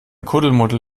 kuddelmuddel